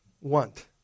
want